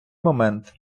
момент